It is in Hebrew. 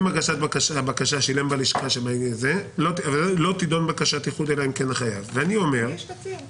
ההצעה